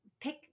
pick